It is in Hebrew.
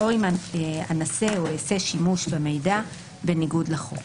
או אם אנסה או אעשה שימוש במידע בניגוד לחוק".